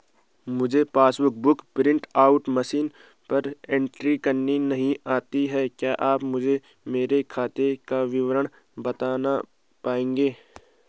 मुझे passbook book print out machine पर entry करना नहीं आता है क्या आप मुझे मेरे खाते का विवरण बताना पाएंगे?